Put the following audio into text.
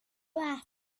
och